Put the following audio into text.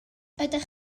ydych